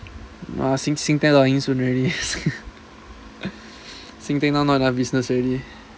nah sing~ Singtel soon already Singtel now not enough business already